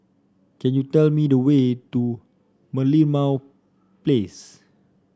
can you tell me the way to Merlimau Place